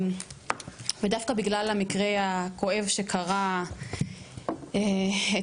ודווקא בגלל המקרה הכואב שקרה אתמול,